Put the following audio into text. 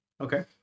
Okay